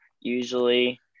usually